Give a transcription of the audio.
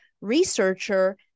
researcher